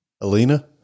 Alina